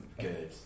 good